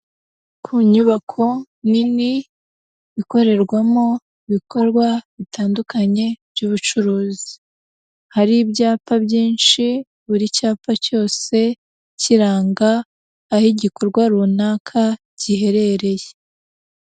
Ku nyubako nini ikorerwamo ibikorwa bitandukanye by'ubucuruzi, hari ibyapa byinshi buri cyapa cyose kiranga aho igikorwa runaka giherereye.